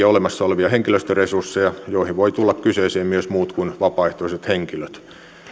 olemassa olevia henkilöstöresursseja joihin voivat tulla kyseeseen myös muut kuin vapaaehtoiset henkilöt